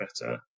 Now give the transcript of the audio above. better